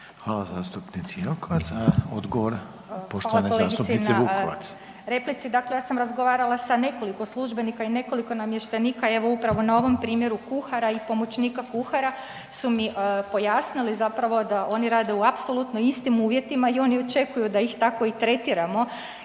Hvala zastupnici Jelkovac, a odgovor poštovane zastupnice Vukovac. **Vukovac, Ružica (DP)** Hvala kolegici na replici. Dakle, ja sam razgovarala sa nekoliko službenika i nekoliko namještenika, evo upravo na ovom primjeru kuhara i pomoćnika kuhara su mi pojasnili zapravo da oni rade u apsolutno istim uvjetima i oni očekuju da ih tako i tretiramo